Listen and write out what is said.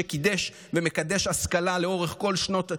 שקידש ומקדש השכלה לאורך כל שנות קיומנו,